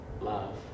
love